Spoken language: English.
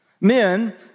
Men